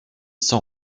sans